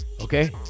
okay